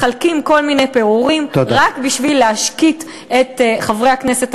מחלקים כל מיני פירורים רק בשביל להשקיט את חברי הכנסת,